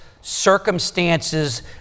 circumstances